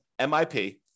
MIP